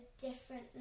different